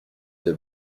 deux